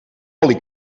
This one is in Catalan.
oli